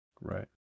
Right